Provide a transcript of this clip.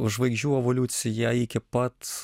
žvaigždžių evoliucija iki pat